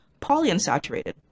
polyunsaturated